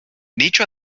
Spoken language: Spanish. dicho